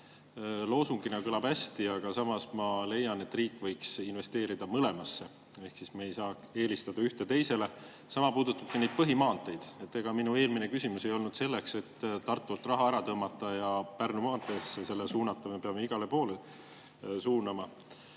Loosungina kõlab hästi, aga samas ma leian, et riik võiks investeerida mõlemasse ehk me ei saa eelistada ühte teisele. Sama puudutab ka neid põhimaanteid. Ega minu eelmine küsimus ei olnud selleks, et Tartult raha ära tõmmata ja Pärnu maanteesse suunata. Me peame igale poole suunama.